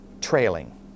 trailing